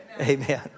Amen